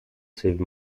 save